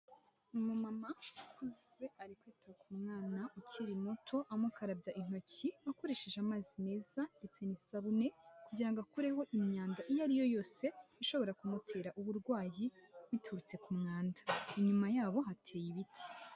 Umu mama ukuze ari kwita ku mwana ukiri muto, amukarabya intoki akoresheje amazi meza ndetse n'isabune, kugira ngo akureho imyanda iyo ari yo yose, ishobora kumutera uburwayi, biturutse ku mwanda. Inyuma yabo hateye ibiti.